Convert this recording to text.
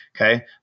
Okay